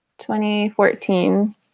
2014